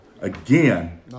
again